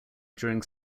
during